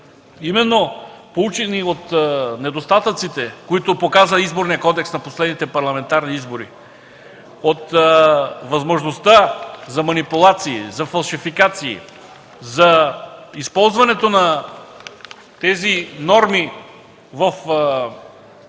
Именно поучени от недостатъците, които показа Изборният кодекс на последните парламентарни избори, от възможността за манипулации, за фалшификации, за използването на тези норми в ущърб